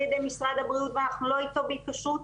ידי משרד הבריאות ואנחנו לא איתו בהתקשרות,